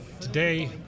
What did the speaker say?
today